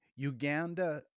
Uganda